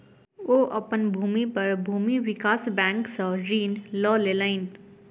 ओ अपन भूमि पर भूमि विकास बैंक सॅ ऋण लय लेलैन